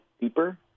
deeper